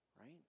right